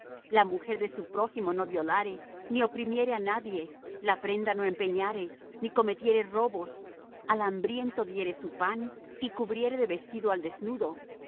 la mujer de su prójimo no violare ni oprimiere á nadie la prenda no empeñare ni cometiere robos al hambriento diere de su pan y cubriere de vestido al desnudo